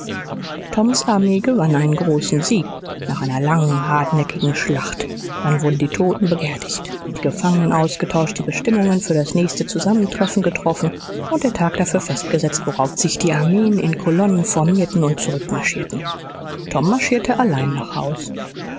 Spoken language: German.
toms armee gewann einen großen sieg nach einer langen hartnäckigen schlacht dann wurden die toten beerdigt die gefangenen ausgetauscht die bestimmungen für das nächste zusammentreffen getroffen und der tag dafür festgesetzt worauf sich die armeen in kolonnen formierten und zurückmarschierten tom marschierte allein nach haus